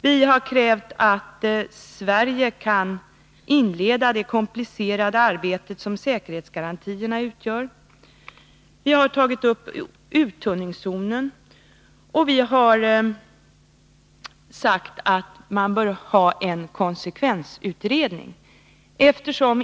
Vi har krävt att Sverige skall inleda det komplicerade arbete som säkerhetsgarantierna utgör. Vi har tagit upp uttunningszonen, och vi har sagt att man bör ha en konsekvensutredning.